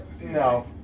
no